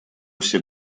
все